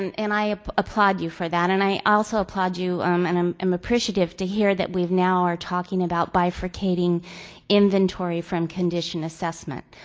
and and i applaud you for that and i also applaud you um and i'm um appreciative to hear that we now are talking about bifurcating inventory from condition assessment.